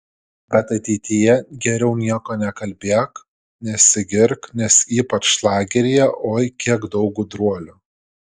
bet ateityje geriau nieko nekalbėk nesigirk nes ypač lageryje oi kiek daug gudruolių